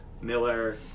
Miller